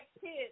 kids